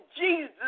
Jesus